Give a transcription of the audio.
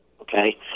okay